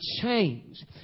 change